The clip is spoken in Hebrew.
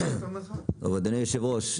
יו"ר הוועדה,